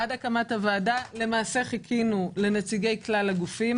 עד הקמת הוועדה חיכינו לנציגי כלל הגופים.